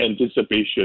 anticipation